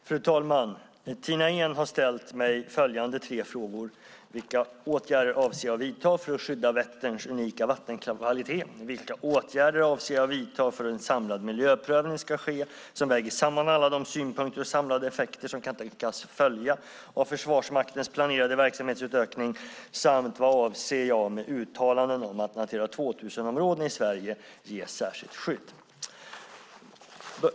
Fru talman! Tina Ehn har ställt mig följande tre frågor: Vilka åtgärder avser jag att vidta för att skydda Vätterns unika vattenkvalitet? Vilka åtgärder avser jag att vidta för att en samlad miljöprövning ska ske som väger samman alla de synpunkter och samlade effekter som kan tänkas följa av Försvarsmaktens planerade verksamhetsutökning? Vad avser jag med uttalandet om att Natura 2000-områden i Sverige ges särskilt skydd?